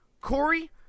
Corey